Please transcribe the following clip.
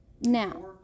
Now